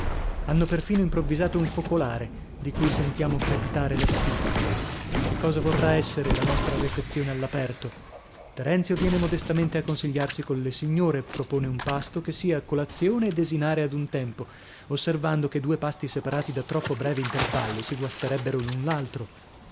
hanno perfino improvvisato un focolare di cui sentiamo crepitare la stipa che cosa vorrà essere la nostra refezione all'aperto terenzio viene modestamente a consigliarsi con le signore propone un pasto che sia colazione e desinare ad un tempo osservando che due pasti separati da troppo breve intervallo si guasterebbero